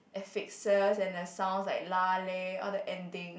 affixes and the sounds like lah leh all the ending